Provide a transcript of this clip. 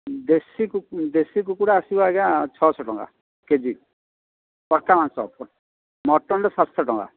ଦେଶୀ ଦେଶୀ କୁକୁଡ଼ା ଆସିବ ଆଜ୍ଞା ଛଅଶହ ଟଙ୍କା କେ ଜି ତଟକା ମାଂସ ମଟନ୍ ତ ସାତଶହ ଟଙ୍କା